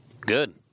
Good